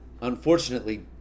unfortunately